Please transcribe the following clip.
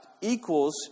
equals